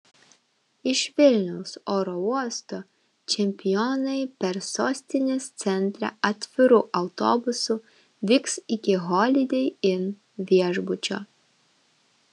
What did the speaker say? iš vilniaus oro uosto čempionai per sostinės centrą atviru autobusu vyks iki holidei inn viešbučio